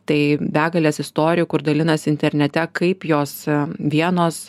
tai begalės istorijų kur dalinasi internete kaip jos vienos